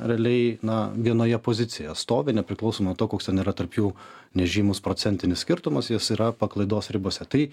realiai na vienoje pozicijoje stovi nepriklausomai nuo to koks ten yra tarp jų nežymus procentinis skirtumas jos yra paklaidos ribose tai